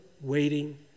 waiting